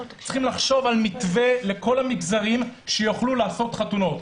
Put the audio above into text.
צריך לחשוב על מתווה לכל המגזרים כדי שיוכלו לעשות חתונות.